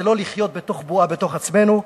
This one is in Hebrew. ולא לחיות בתוך בועה בתוך עצמנו.